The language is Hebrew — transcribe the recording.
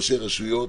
ראשי הרשויות,